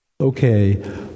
Okay